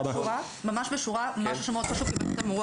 ולמוקד 105 להמשיך לעשות את עבודת הקודש שהם עושים עם יותר כלים